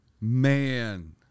Man